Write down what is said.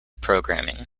programming